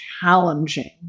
challenging